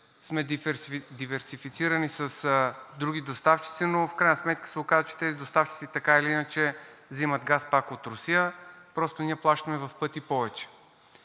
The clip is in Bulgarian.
сме диверсифицирани с други доставчици, но в крайна сметка се оказва, че тези доставчици така или иначе взимат газ пак от Русия, а просто ние плащаме в пъти повече.